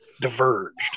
diverged